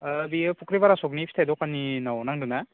बेयो फख्रिपारा सकनि फिथाइ दखाननिआव नांदों ना